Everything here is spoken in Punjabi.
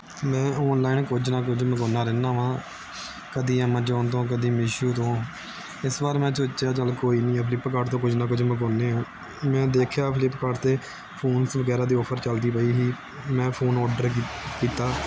ਮੈਂ ਅੋਨਲਾਈਨ ਕੁਝ ਨਾ ਕੁਝ ਮੰਗਵਾਉਂਦਾ ਰਹਿੰਦਾ ਵਾ ਕਦੇ ਐਮਾਜੋਨ ਤੋਂ ਕਦੇ ਮੀਸ਼ੋ ਤੋਂ ਇਸ ਵਾਰ ਮੈਂ ਸੋਚਿਆ ਚੱਲ ਕੋਈ ਨਹੀਂ ਫਲਿੱਪਕਾਰਟ ਤੋਂ ਕੁਝ ਨਾ ਕੁਝ ਮੰਗਵਾਉਂਦੇ ਆ ਮੈਂ ਦੇਖਿਆ ਫਲਿਪਕਾਰਟ 'ਤੇ ਫੋਨਸ ਵਗੈਰਾ 'ਤੇ ਓਫਰ ਚੱਲਦੀ ਪਈ ਸੀ ਮੈਂ ਫੋਨ ਅੋਰਡਰ ਕ ਕੀਤਾ